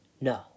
No